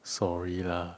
sorry lah